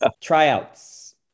Tryouts